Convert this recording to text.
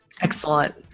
Excellent